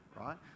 right